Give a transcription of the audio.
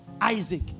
Isaac